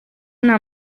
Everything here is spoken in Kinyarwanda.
nta